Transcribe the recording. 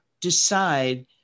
decide